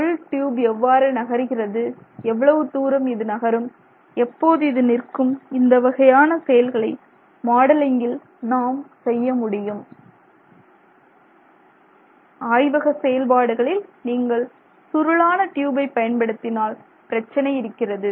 உள் டியூப் எவ்வாறு நகருகிறது எவ்வளவு தூரம் இது நகரும் எப்போது இது நிற்கும் இந்த வகையான செயல்களை மாடலிங்கில் நாம் செய்ய முடியும் ஆய்வக செயல்பாடுகளில் நீங்கள் சுருளான டியூபை பயன்படுத்தினால் பிரச்சனை இருக்கிறது